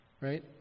right